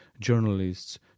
journalists